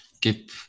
keep